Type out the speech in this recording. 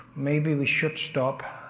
maybe we should stop.